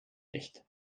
nicht